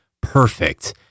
perfect